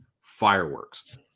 Fireworks